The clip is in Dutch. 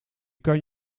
kan